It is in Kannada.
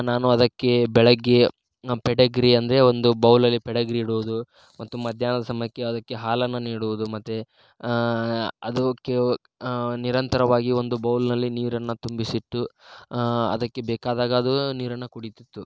ನಾನು ಅದಕ್ಕೆ ಬೆಳಗ್ಗೆ ಪೆಡಗ್ರಿ ಅಂದರೆ ಒಂದು ಬೌಲಲ್ಲಿ ಪೆಡಗ್ರಿ ಇಡುವುದು ಮತ್ತು ಮಧ್ಯಾಹ್ನದ ಸಮಯಕ್ಕೆ ಅದಕ್ಕೆ ಹಾಲನ್ನು ನೀಡುವುದು ಮತ್ತು ಅದಕ್ಕೆ ನಿರಂತರವಾಗಿ ಒಂದು ಬೌಲ್ನಲ್ಲಿ ನೀರನ್ನು ತುಂಬಿಸಿಟ್ಟು ಅದಕ್ಕೆ ಬೇಕಾದಾಗ ಅದು ನೀರನ್ನು ಕುಡಿತ್ತಿತ್ತು